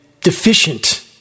deficient